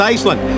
Iceland